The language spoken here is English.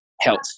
health